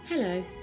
Hello